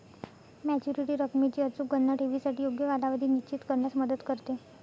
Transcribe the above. maturity रकमेची अचूक गणना ठेवीसाठी योग्य कालावधी निश्चित करण्यात मदत करते